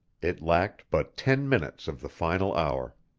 it lacked but ten minutes of the final hour!